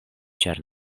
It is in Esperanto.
ĉar